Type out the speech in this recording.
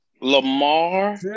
Lamar